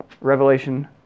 Revelation